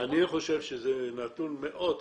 אני חושב שזה נתון מאוד חשוב,